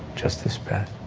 just this breath.